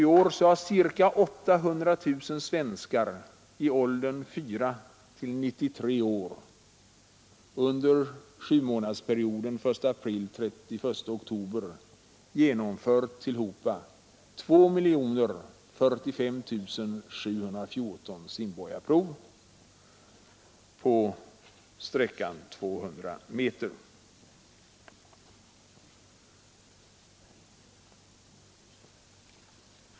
I år har ca 800 000 svenskar i åldern 4—93 år under sjumånadersperioden 1 april—-31 oktober genomfört tillhopa 2 045 714 simborgarprov på sträckan 200 meter.